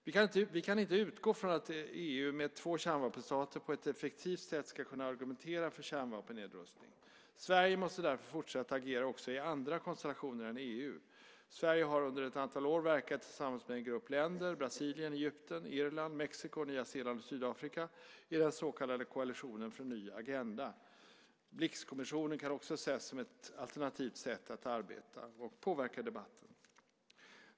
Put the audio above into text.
Vi kan inte utgå från att EU med två kärnvapenstater på ett effektivt sätt ska kunna argumentera för kärnvapennedrustning. Sverige måste därför fortsatt agera också i andra konstellationer än i EU. Sverige har under ett antal år verkat tillsammans med en grupp länder - Brasilien, Egypten, Irland, Mexiko, Nya Zeeland och Sydafrika - i den så kallade koalitionen för en ny agenda, NAC. Blixkommissionen kan också ses som ett alternativt sätt att arbeta och påverka debatten.